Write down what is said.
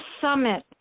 Summit